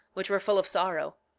which were full of sorrow.